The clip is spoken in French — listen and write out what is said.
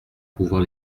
pouvoir